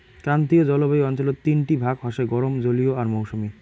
ক্রান্তীয় জলবায়ু অঞ্চলত তিনটি ভাগ হসে গরম, জলীয় আর মৌসুমী